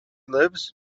lives